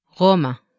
Roma